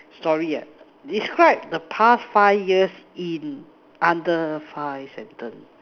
story ah describe the past five years in under five sentence